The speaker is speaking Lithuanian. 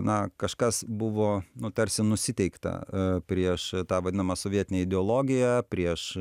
na kažkas buvo nu nutarsi nusiteikta e prieš tą vadinamą sovietinę ideologiją prieš